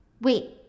Wait